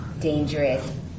dangerous